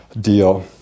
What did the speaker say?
deal